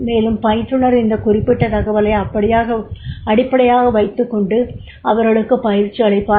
மேலும் பயிற்றுனர் இந்த குறிப்பிட்ட தகவலை அடிப்படியாக வைத்து அவர்களுக்கு பயிற்சி அளிப்பார்